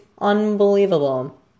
unbelievable